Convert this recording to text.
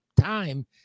time